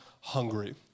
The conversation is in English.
hungry